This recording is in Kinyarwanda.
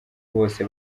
bose